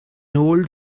old